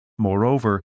Moreover